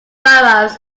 boroughs